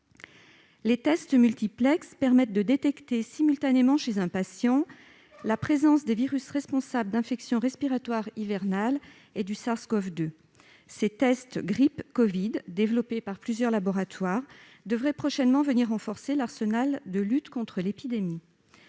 Les tests multiplex permettent de détecter simultanément chez un patient la présence des virus responsables d'infections respiratoires hivernales et du SARS-CoV-2. Ces tests grippe-covid, développés par plusieurs laboratoires, devraient prochainement venir renforcer l'arsenal de lutte contre l'épidémie.